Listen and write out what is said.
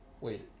wait